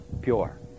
pure